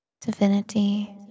divinity